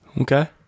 Okay